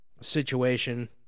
situation